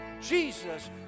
Jesus